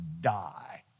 die